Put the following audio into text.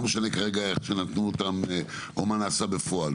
לא משנה כרגע איך נתנו אותם או מה נעשה בפועל